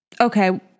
Okay